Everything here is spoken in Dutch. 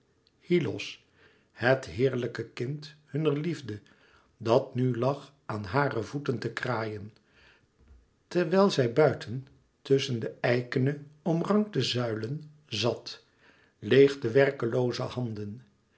hyllos het heerlijke kind hunner liefde dat nu lag aan hare voeten te kraaien terwijl zij buiten tusschen de eikene omrankte zuilen zat leêg de werklooze handen